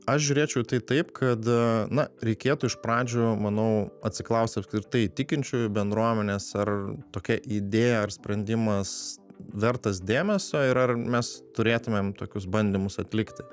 aš žiūrėčiau į tai taip kad na reikėtų iš pradžių manau atsiklausti apskritai tikinčiųjų bendruomenės ar tokia idėja ar sprendimas vertas dėmesio ir ar mes turėtumėm tokius bandymus atlikti